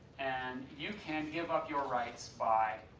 and you can give up your rights by,